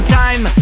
time